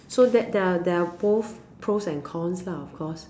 so that there are there are both pros and cons lah of course